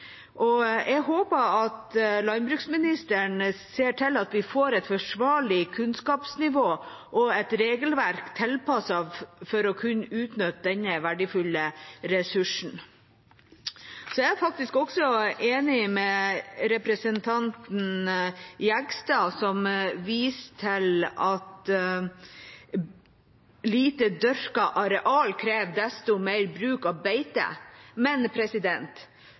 husdyr. Jeg håper at landbruksministeren ser til at vi får et forsvarlig kunnskapsnivå og et regelverk som er tilpasset for å kunne utnytte denne verdifulle ressursen. Jeg er faktisk også enig med representanten Jegstad, som viste til at lite dyrket areal krever desto mer bruk av beite. Men